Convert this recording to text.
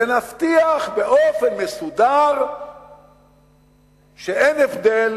ונבטיח באופן מסודר שאין הבדל